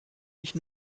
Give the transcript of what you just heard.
nicht